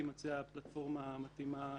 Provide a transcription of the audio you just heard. תימצא הפלטפורמה המתאימה